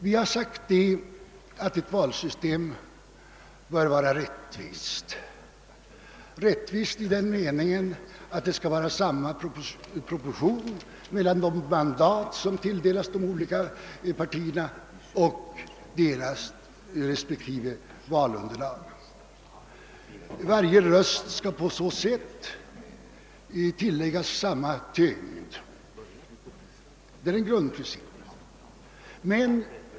Vi har till en början sagt att ett valsystem bör vara rättvist i den meningen, att det skall vara samma proportion mellan de mandat som tilldelas de olika partierna och deras respektive valunderlag. Varje röst skall på så sätt tilläggas samma tyngd; det är en grundprincip.